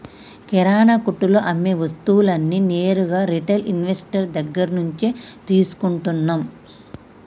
కిరణా కొట్టులో అమ్మే వస్తువులన్నీ నేరుగా రిటైల్ ఇన్వెస్టర్ దగ్గర్నుంచే తీసుకుంటన్నం